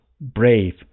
brave